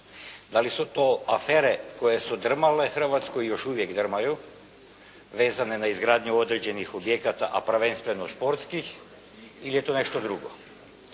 Da li su to afere koje su drmale Hrvatsku i još uvijek drmaju vezane na izgradnju određenih objekata, a prvenstveno športskih ili je to nešto drugo.